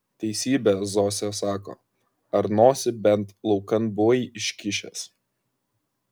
teisybę zosė sako ar nosį bent laukan buvai iškišęs